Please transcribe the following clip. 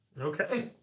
Okay